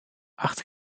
acht